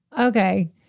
okay